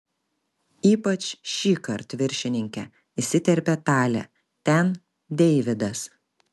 ypač šįkart viršininke įsiterpė talė ten deividas